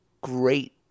Great